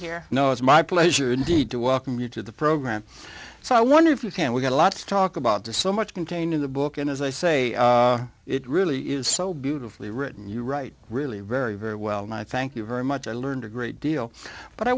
here no it's my pleasure indeed to welcome you to the program so i wonder if you can we've got a lot to talk about to so much contained in the book and as i say it really is so beautifully written you write really very very well and i thank you very much i learned a great deal but i